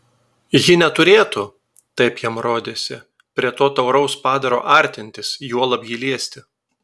ji neturėtų taip jam rodėsi prie to tauraus padaro artintis juolab jį liesti